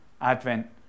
Advent